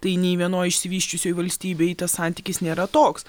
tai nei vienoj išsivysčiusioj valstybėj tas santykis nėra toks